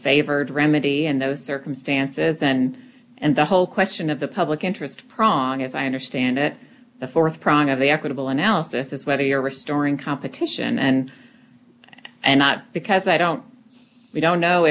favored remedy in those circumstances and and the whole question of the public interest prong as i understand it the th problem of the equitable analysis is whether you're restoring competition and and not because i don't we don't know